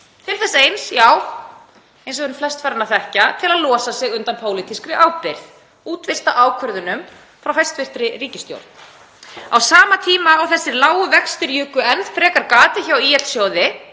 til þess eins, já, eins og við erum flest farin að þekkja, að losa sig undan pólitískri ábyrgð, útvista ákvörðunum frá hæstv. ríkisstjórn á sama tíma og þessir lágu vextir juku enn frekar gatið hjá ÍL-sjóði